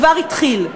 כבר התחיל.